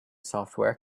software